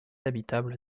habitable